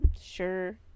Sure